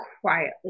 quietly